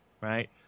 right